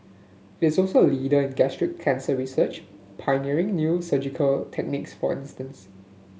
it is also a leader in gastric cancer research pioneering new surgical techniques for instance